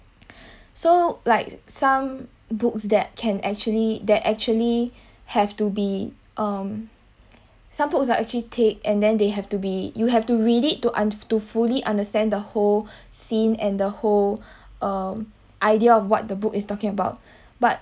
so like some books that can actually that actually have to be um some books are actually take and then they have to be you have to read it to un~ to fully understand the whole scene and the whole uh idea of what the book is talking about but